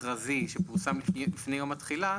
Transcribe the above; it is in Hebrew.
מכרזי שפורסם לפני יום התחילה.